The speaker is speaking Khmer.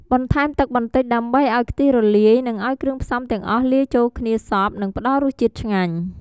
បន្ថែមទឹកបន្តិចដើម្បីឱ្យខ្ទិះរលាយ និងឱ្យគ្រឿងផ្សំទាំងអស់លាយចូលគ្នាសព្វ និងផ្តល់រសជាតិឆ្ងាញ់។